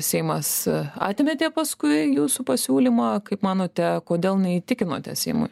seimas atmetė paskui jūsų pasiūlymą kaip manote kodėl neįtikinote seimui